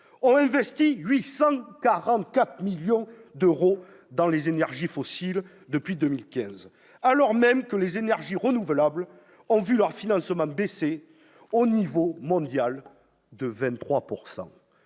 ont investi 844 millions d'euros dans les énergies fossiles depuis 2015, alors même que les énergies renouvelables ont vu leur financement baisser de 23 % au niveau mondial.